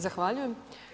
Zahvaljujem.